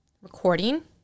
recording